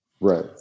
Right